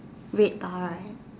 wait I